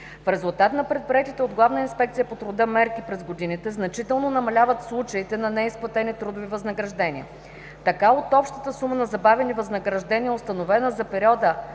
В резултат на предприетите от Главна инспекция по труда мерки през годините значително намаляват случаите на неизплатени трудови възнаграждения. Така от общата сума на забавени възнаграждения, установена за периода